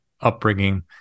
upbringing